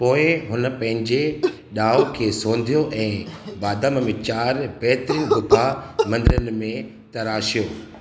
पोइ हुन पंहिंजे डां॒उ खे सोधियो ऐं बादाम में चारि बहितरीन गुफ़ा मंदिरनि में तराशियो